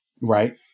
Right